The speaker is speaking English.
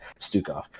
Stukov